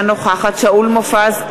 אינה נוכחת שאול מופז,